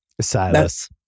Silas